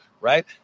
right